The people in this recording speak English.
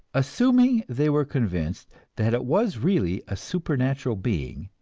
assuming they were convinced that it was really a supernatural being,